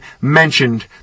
mentioned